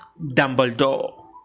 Dumbledore